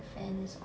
the fan's on